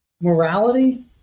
Morality